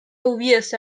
hubiese